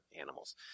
animals